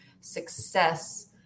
success